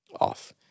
off